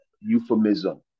euphemism